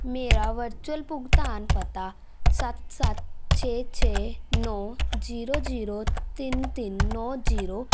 ਮੇਰਾ ਵਰਚੁਅਲ ਭੁਗਤਾਨ ਪਤਾ ਸੱਤ ਸੱਤ ਛੇ ਛੇ ਨੌ ਜੀਰੋ ਜੀਰੋ ਤਿੰਨ ਤਿੰਨ ਨੌ ਜੀਰੋ